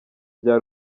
bya